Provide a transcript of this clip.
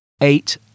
eight